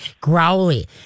growly